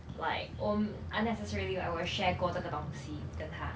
like um unnecessarily I would have share 过这个东西跟他